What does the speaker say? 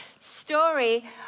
story